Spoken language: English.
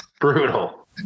Brutal